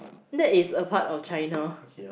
that is a part of China